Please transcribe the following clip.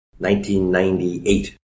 1998